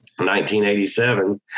1987